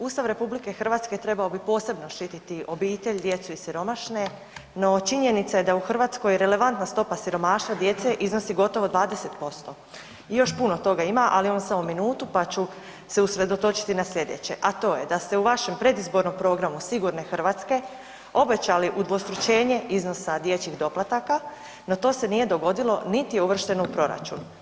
Ustav RH trebao bi posebno štititi obitelj, djecu i siromašne, no činjenica je da je u Hrvatskoj relevantna stopa siromaštva djece iznosi gotovo 20% i još puno toga ima, ali imam samo minutu, pa ću se usredotočiti na sljedeće, a to je da se u vašem predizbornom programu sigurne Hrvatske obećali udvostručenje iznosa dječjih doplataka, no to se nije dogodilo niti je uvršteno u proračun.